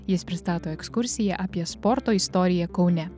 jis pristato ekskursiją apie sporto istoriją kaune